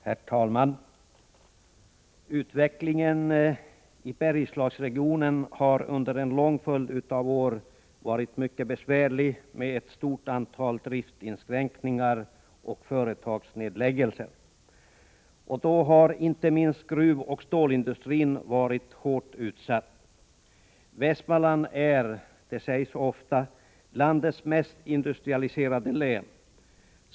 Herr talman! Utvecklingen i Bergslagsregionen har under en lång följd av år varit mycket besvärlig med ett stort antal driftinskränkningar och företagsnedläggelser. Inte minst har gruvoch stålindustrin varit hårt utsatt. Västmanland är — det sägs ofta — landets mest industrialiserade län.